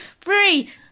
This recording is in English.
Three